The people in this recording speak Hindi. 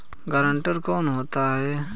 गारंटर कौन होता है?